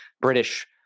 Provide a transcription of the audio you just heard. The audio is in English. British